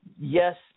Yes